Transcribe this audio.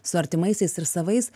su artimaisiais ir savais